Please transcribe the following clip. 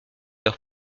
leur